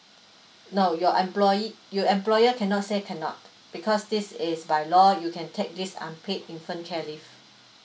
no your employee you employer cannot say can not because this is by law you can take this unpaid infant care leave